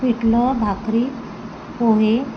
पिठलं भाकरी पोहे